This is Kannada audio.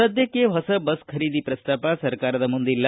ಸದ್ಯಕ್ಕೆ ಹೊಸ ಬಸ್ ಖರೀದಿ ಪ್ರಸ್ತಾಪ ಸರ್ಕಾರದ ಮುಂದಿಲ್ಲ